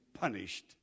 punished